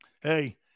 Hey